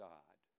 God